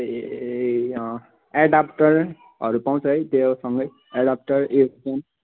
ए ए ए एडाप्टरहरू पाउँछ है त्यो सँगै एडाप्टर इयरफोन